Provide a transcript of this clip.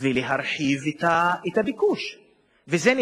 עכשיו אתה אומר 11,000 מורות בלבד.